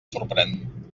sorprèn